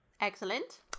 Excellent